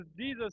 Jesus